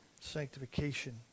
sanctification